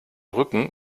rücken